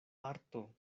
arto